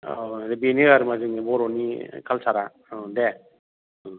औ बेनो आरो जोंनि बर'नि कालसारा औ दे उम